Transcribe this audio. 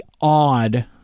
odd